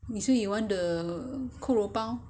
你说 you want the 扣肉包